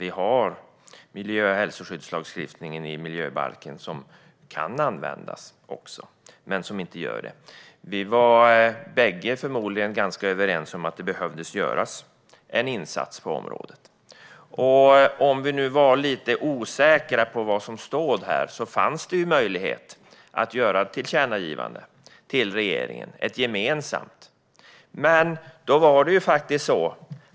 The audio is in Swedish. Vi har miljö och hälsoskyddslagstiftningen i miljöbalken, som också kan användas men som inte används. Vi var bägge förmodligen ganska överens om att det behövde göras en insats på området. Och om vi nu var lite osäkra på vad som stod här fanns det möjlighet att göra ett gemensamt tillkännagivande till regeringen.